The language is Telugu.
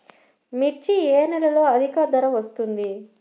మిర్చి ఏ నెలలో అధిక ధర వస్తుంది?